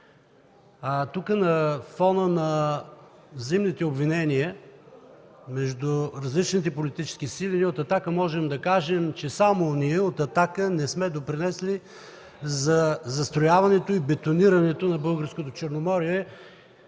На фона на взаимните обвинения между различните политически сили ние от „Атака” можем да кажем, че само ние от „Атака” не сме допринесли за застрояването и бетонирането на българското Черноморие